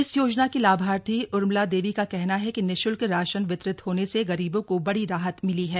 इस योजना की लाभार्थी उर्मिला देवी का कहना है कि निश्ल्क राशन वितरित होने से गरीबों को बड़ी राहत मिली है